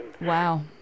Wow